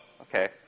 Okay